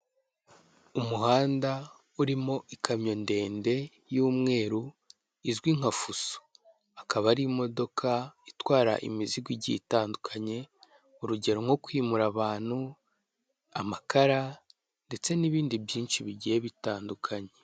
Umuhanda urimo ikamyo ndende y'umweru izwi nka fuso. Akaba ari imodoka itwara imizigo igiye itandukanye, urugero nko kwimura abantu, amakara ndetse n'ibindi byinshi bigiye bitandukanye.